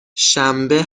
شنبه